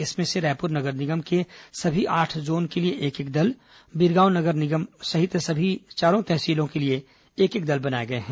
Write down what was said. इसमें से रायपुर नगर निगम के सभी आठ जोन के लिए एक एक दल बीरगांव नगर निगम सहित सभी चारों तहसीलों के लिए एक एक दल बनाए गए हैं